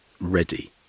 ready